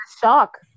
shock